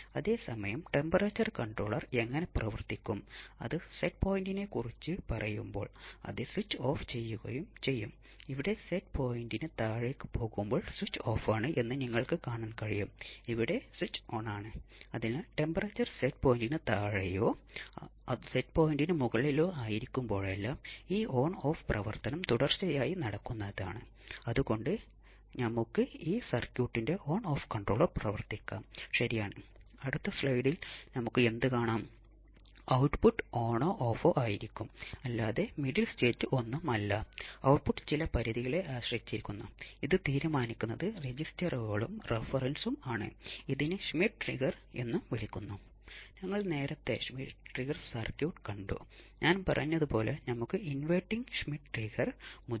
അതിനാൽ എനിക്ക് ഒരു നോൺ ഇൻവെർട്ടിങ് ആംപ്ലിഫൈർ ഉണ്ടെങ്കിൽ ഒരു സിഗ്നൽ പ്രയോഗിക്കുകയാണെങ്കിൽ എന്റെ ഔട്ട്പുട്ട് 180 ഡിഗ്രി ഫേസിൽ ആയിരിക്കും ഇത് 0 ആണ് ഇത് 180 ഡിഗ്രിയാണ് അതായത് എന്റെ ഫീഡ്ബാക്ക് മറ്റൊരു 180 ഡിഗ്രി ഫേസ് മാറ്റം വരുത്തണം